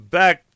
back